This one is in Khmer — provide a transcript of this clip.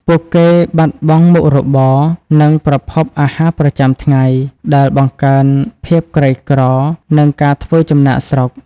ពួកគេបាត់បង់មុខរបរ និងប្រភពអាហារប្រចាំថ្ងៃ ដែលបង្កើនភាពក្រីក្រ និងការធ្វើចំណាកស្រុក។